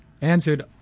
answered